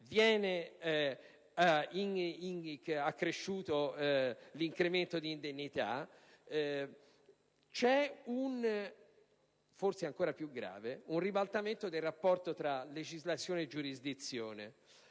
viene accresciuto l'incremento di indennità; c'è poi - cosa forse ancora più grave - un ribaltamento del rapporto tra legislazione giurisdizione.